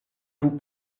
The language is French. vous